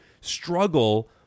Struggle